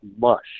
mush